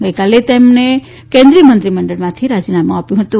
ગઈકાલે તેમને કેન્દ્રીય મંત્રીમંડળમાંથી રાજીનામું આપ્યું હતું